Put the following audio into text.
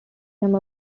them